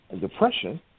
depression